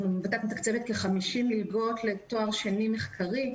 הוועדה מתקצבת כ-50 מלגות לתואר שני מחקרי,